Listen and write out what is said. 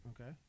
Okay